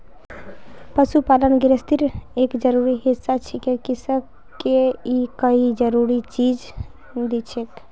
पशुपालन गिरहस्तीर एक जरूरी हिस्सा छिके किसअ के ई कई जरूरी चीज दिछेक